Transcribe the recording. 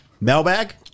Mailbag